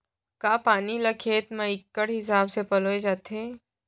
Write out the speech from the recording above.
का पानी ला खेत म इक्कड़ हिसाब से पलोय जाथे?